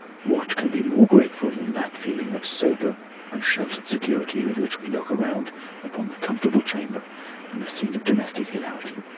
what can be more grateful than that feeling of sober and sheltered security with which we look around upon the comfortable chamber and the scene of domestic hilarity?